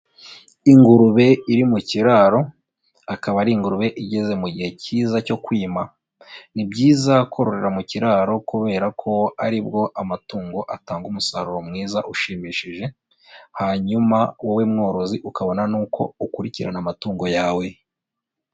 Ingurube iri mu kiraro, akaba ari ingurube igeze mu mugihe cyiza cyo kwima. Ni byiza kororera mu kiraro, kubera ko ari bwo amatungo atanga umusaruro mwiza ushimishije, hanyuma wowe mworozi ukabona n'uko ukurikirana amatungo yawe.